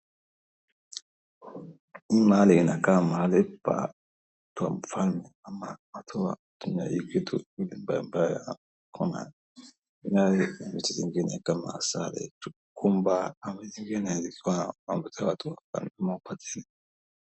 Hii mahali inakaa mahali pamfano ama watu wa tumia hii kitu vitu mbaya mbaya na kuna vinywaji na vitu vingine kama asali, tukumba ama zingine zikiwa wamepewa tu ama wamepati.